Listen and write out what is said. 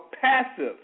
passive